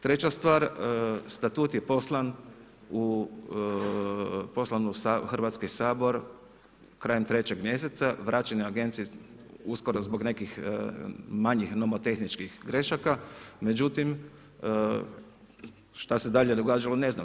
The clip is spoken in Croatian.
Treća stvar, statut je poslan u Hrvatski sabor krajem 3. mjeseca, vraćen je Agenciji uskoro zbog nekih manjih nomotehničkih grešaka, međutim šta se dalje događalo ne znam.